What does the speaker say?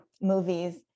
movies